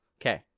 Okay